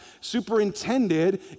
superintended